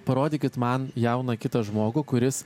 parodykit man jauną kitą žmogų kuris